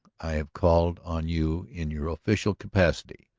i have called on you in your official capacity.